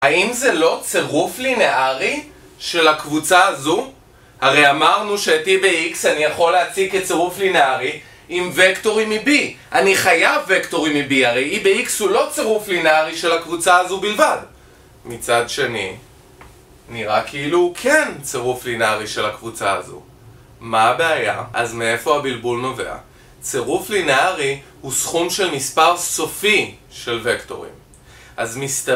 האם זה לא צרוף לינארי של הקבוצה הזו? הרי אמרנו שאת e ב x אני יכול להציג את צרוף לינארי עם וקטורים מ-b אני חייב וקטורים מב-b הרי אם x הוא לא צרוף לינארי של הקבוצה הזו בלבד מצד שני נראה כאילו הוא כן צרוף לינארי של הקבוצה הזו מה הבעיה, אז מאיפה הבלבול נובע? צרוף לינארי הוא סכום של מספר סופי של וקטורים אז מסת